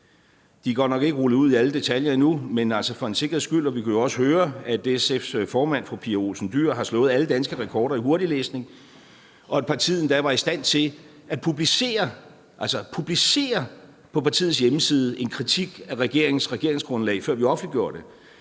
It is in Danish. er godt nok ikke rullet ud i alle detaljer endnu, men altså for en sikkerheds skyld, og vi kunne jo også høre, at SF's formand, fru Pia Olsen Dyhr, har slået alle danske rekorder i hurtiglæsning, og at partiet endda var i stand til at publicere på partiets hjemmeside en kritik af regeringens regeringsgrundlag, før vi offentliggjorde det.